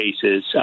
cases